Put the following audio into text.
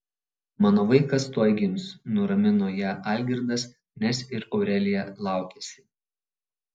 mano vaikas tuoj gims nuramino ją algirdas nes ir aurelija laukėsi